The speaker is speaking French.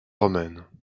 romaine